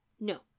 No